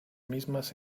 mismas